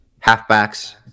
halfbacks